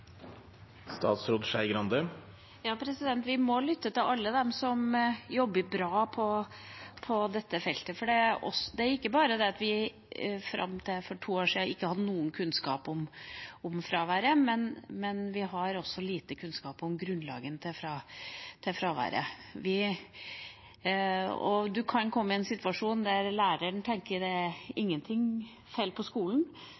Vi må lytte til alle dem som jobber bra på dette feltet, for det er ikke bare det at vi fram til for to år siden ikke hadde noe kunnskap om fraværet, vi har også lite kunnskap om grunnlaget for fraværet. Man kan komme i en situasjon der læreren tenker at det er ingenting feil på skolen,